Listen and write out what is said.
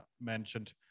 mentioned